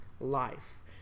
life